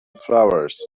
flowers